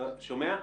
אני לא שומע.